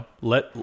Let